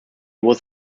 was